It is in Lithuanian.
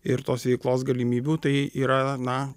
ir tos veiklos galimybių tai yra na